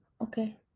okay